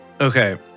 Okay